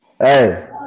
Hey